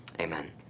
Amen